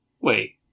wait